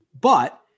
but-